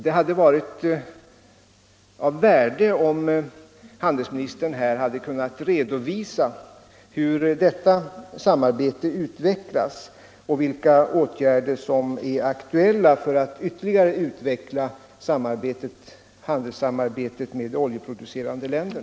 Det hade varit av värde om handelsministern här hade kunnat redovisa hur detta samarbete utvecklas och vilka åtgärder som är aktuella för att ytterligare utveckla handelssamarbetet med dessa länder.